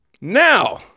Now